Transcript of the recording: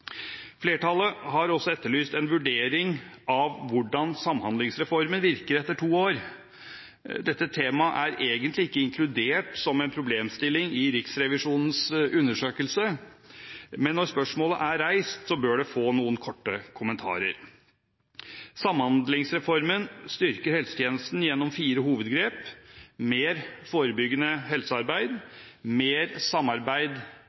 Flertallet har også etterlyst en vurdering av hvordan Samhandlingsreformen virker etter to år. Dette temaet er egentlig ikke inkludert som en problemstilling i Riksrevisjonens undersøkelse, men når spørsmålet er reist, bør det få noen korte kommentarer. Samhandlingsreformen styrker helsetjenesten gjennom fire hovedgrep: mer forebyggende helsearbeid, mer samarbeid